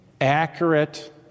accurate